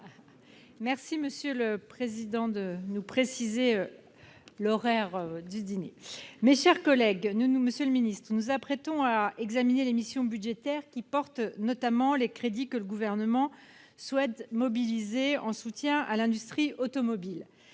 Monsieur le président, monsieur le ministre, mes chers collègues, nous nous apprêtons à examiner les missions budgétaires, qui regroupent notamment les crédits que le Gouvernement souhaite mobiliser en soutien à l'industrie automobile.